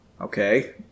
Okay